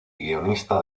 guionista